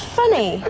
funny